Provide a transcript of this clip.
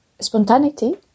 spontaneity